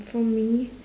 for me